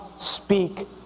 speak